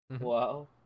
Wow